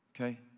okay